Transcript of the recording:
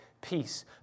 peace